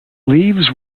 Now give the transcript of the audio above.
leaves